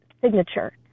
signature